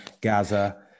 Gaza